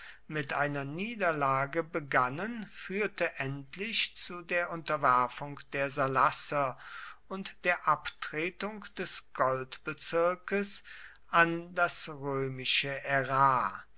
mit einer niederlage begannen führte endlich zu der unterwerfung der salasser und der abtretung des goldbezirkes an das römische ärar